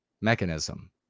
mechanism